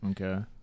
Okay